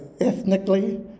ethnically